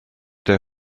their